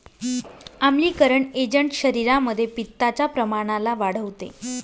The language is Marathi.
आम्लीकरण एजंट शरीरामध्ये पित्ताच्या प्रमाणाला वाढवते